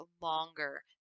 longer